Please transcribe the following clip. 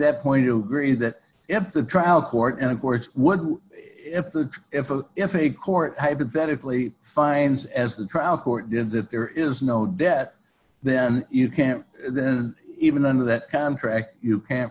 that point to greese that if the trial court and courts would if the if a if a court hypothetically finds as the trial court did that there is no death then you can't then even under that contract you can't